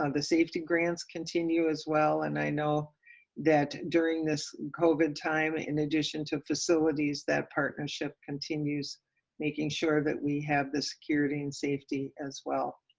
um the safety grants continue as well, and i know that during this covid time, in addition to facilities, that partnership continues making sure that we have the security and safety as well.